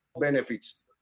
benefits